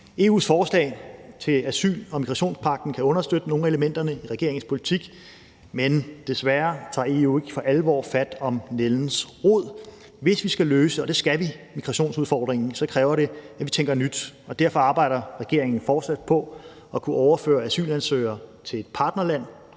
EU's forslag til asyl- og migrationspagten kan understøtte nogle af elementerne i regeringens politik, men desværre tager EU jo ikke for alvor fat om nældens rod. Hvis vi skal løse migrationsudfordringen, og det skal vi, så kræver det, at vi tænker nyt, og derfor arbejder regeringen fortsat på at kunne overføre asylansøgere til et partnerland.